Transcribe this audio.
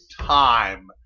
time